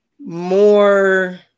more